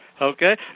okay